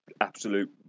absolute